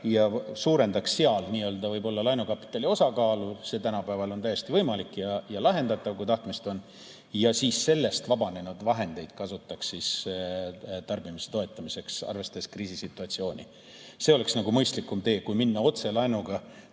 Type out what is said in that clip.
ja suurendaks seal võib-olla laenukapitali osakaalu. See on tänapäeval täiesti võimalik ja lahendatav, kui tahtmist on. Ja siis sellest vabanenud vahendeid kasutaks tarbimise toetamiseks, arvestades kriisisituatsiooni. See oleks mõistlikum tee, kui minna otselaenuga